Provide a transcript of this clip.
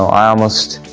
so i almost.